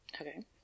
Okay